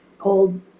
old